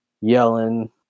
yelling